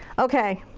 ok.